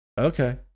Okay